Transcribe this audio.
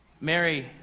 Mary